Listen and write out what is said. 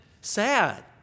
sad